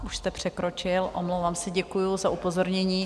Už jste překročil, omlouvám se, děkuju za upozornění.